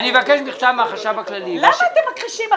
אני מבקש מכתב מהחשב הכללי באשר --- למה אתם מכחישים?